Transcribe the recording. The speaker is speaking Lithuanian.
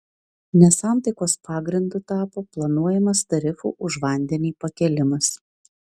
nesantaikos pagrindu tapo planuojamas tarifų už vandenį pakėlimas